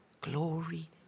Glory